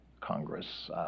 Congress